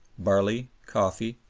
barley, coffee,